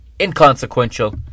inconsequential